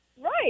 Right